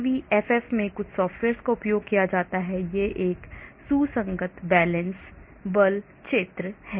CVFF में कुछ software का उपयोग किया गया है एक सुसंगत वैलेंस बल क्षेत्र है